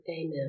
Amen